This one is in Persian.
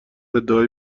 ادعای